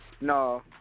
No